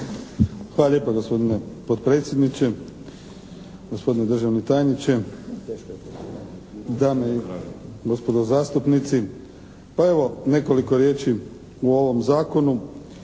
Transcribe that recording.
Hvala lijepa gospodine potpredsjedniče. Gospodine državni tajniče, dame i gospodo zastupnici! Pa evo, nekoliko riječi o ovom zakonu.